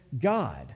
God